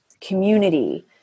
community